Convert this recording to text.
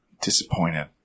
Disappointed